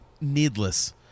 needless